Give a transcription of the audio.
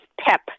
PEP